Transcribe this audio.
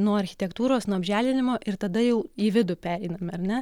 nuo architektūros nuo apželdinimo ir tada jau į vidų pereiname ar ne